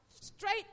straight